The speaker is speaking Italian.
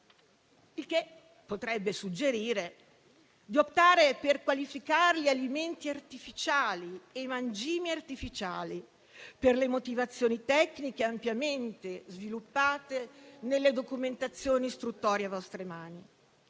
il che potrebbe suggerire di optare per qualificarli alimenti artificiali e mangimi artificiali per le motivazioni tecniche ampiamente sviluppate nelle documentazioni istruttorie a vostre mani.